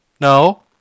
No